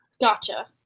Gotcha